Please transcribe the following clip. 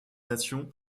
nations